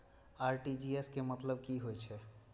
RTGS के मतलब की होय ये?